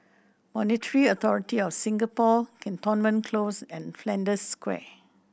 Monetary Authority Of Singapore Cantonment Close and Flanders Square